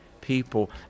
people